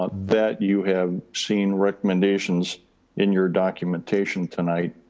ah that you have seen recommendations in your documentation tonight.